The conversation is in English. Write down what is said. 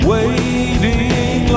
Waiting